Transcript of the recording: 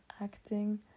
acting